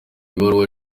ibaruwa